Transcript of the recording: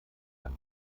dann